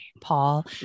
Paul